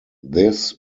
this